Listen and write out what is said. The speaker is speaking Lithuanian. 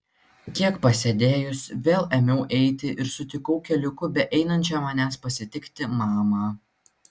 kiek pasėdėjusi vėl ėmiau eiti ir sutikau keliuku beeinančią manęs pasitikti mamą